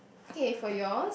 K for yours